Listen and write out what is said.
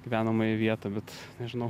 gyvenamąją vietą bet nežinau